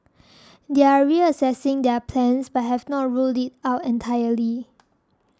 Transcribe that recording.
they are reassessing their plans but have not ruled out entirely